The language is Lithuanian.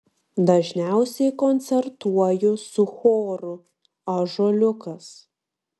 dažniausiai koncertuoju su choru ąžuoliukas